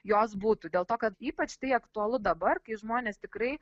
jos būtų dėl to kad ypač tai aktualu dabar kai žmonės tikrai